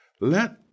Let